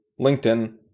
LinkedIn